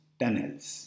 tunnels